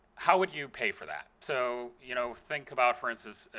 how would you pay for that? so you know, think about, for instance,